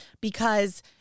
Because-